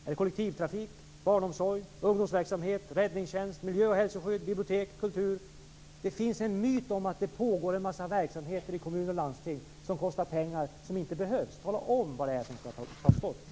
Är det kollektivtrafik, barnomsorg, ungdomsverksamhet, räddningstjänst, miljö och hälsoskydd, bibliotek eller kultur? Det finns en myt om att det pågår en massa verksamheter i kommuner och landsting som kostar pengar men som inte behövs. Tala om vad det är som skall tas bort!